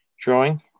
drawing